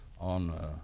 on